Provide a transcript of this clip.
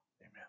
Amen